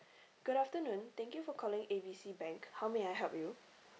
good afternoon thank you for calling A B C bank how may I help you